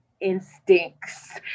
instincts